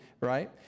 right